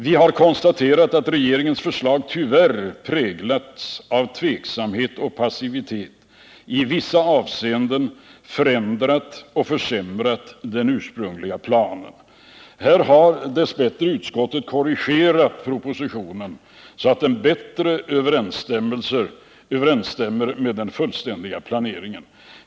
Vi har konstaterat att regeringens förslag, tyvärr präglat av tveksamhet och passivitet, i vissa avseenden förändrat och försämrat den ursprungliga planen. Här har dess bättre utskottet korrigerat propositionen så att den bättre överensstämmer med den fullständiga planeringen.